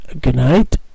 goodnight